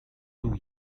two